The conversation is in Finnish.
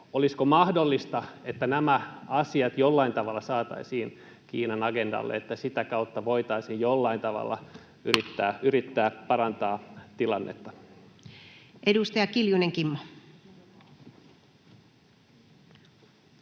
Olisiko mahdollista, että nämä asiat jollain tavalla saataisiin Kiinan agendalle, että sitä kautta voitaisiin jollakin tavalla yrittää parantaa tilannetta? Ja mikrofoni päälle, kiitos.